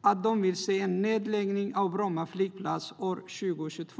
att de vill se en nedläggning av Bromma flygplats år 2022.